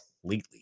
completely